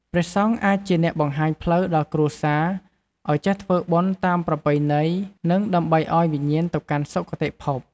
ព្រះសង្ឃអាចជាអ្នកបង្ហាញផ្លូវដល់គ្រួសារ អោយចេះធ្វើបុណ្យតាមប្រពៃណីនិងដើម្បីឲ្យវិញ្ញាណទៅកាន់សុគតិភព។